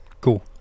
Cool